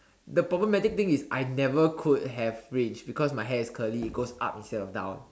the problematic thing is I never could have fringe because my hair is curly it goes up instead of down